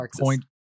point